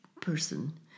person